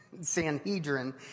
Sanhedrin